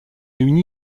une